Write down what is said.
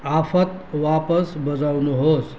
आफत वापस बजाउनुहोस्